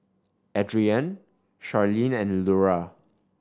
Adrienne Sharleen and Lura